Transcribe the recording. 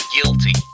Guilty